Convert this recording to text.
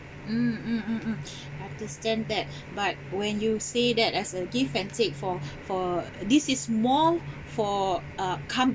mm mm mm mm understand that but when you say that as a give and take for for this is more for a com~